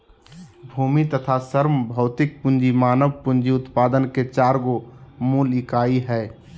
भूमि तथा श्रम भौतिक पूँजी मानव पूँजी उत्पादन के चार गो मूल इकाई हइ